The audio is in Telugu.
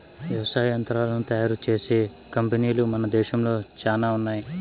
వ్యవసాయ యంత్రాలను తయారు చేసే కంపెనీలు మన దేశంలో చానా ఉన్నాయి